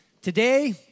Today